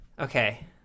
okay